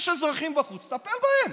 יש אזרחים בחוץ, טפל בהם.